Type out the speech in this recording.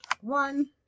one